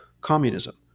communism